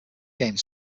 game